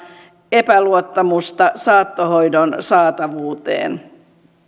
epäluottamusta saattohoidon saatavuuteen